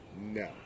No